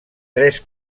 tres